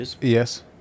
Yes